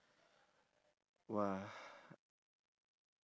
!wah!